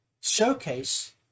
showcase